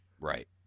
right